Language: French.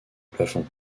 plafond